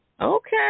okay